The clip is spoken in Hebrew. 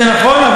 זה נכון,